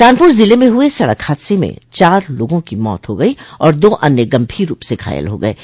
कानपुर जिले म हुए सड़क हादसे में चार लोगों की मौत हो गई और दो अन्य गंभीर रूप से घायल हो गये हैं